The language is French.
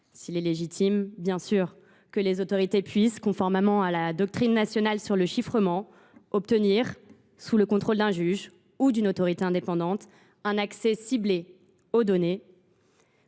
S’il est légitime que les autorités puissent, conformément à la doctrine nationale sur le chiffrement, obtenir, sous le contrôle d’un juge ou d’une autorité indépendante, un accès ciblé aux données,